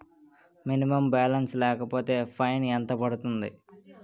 Minimum balance లేకపోతే fine ఎంత పడుతుంది?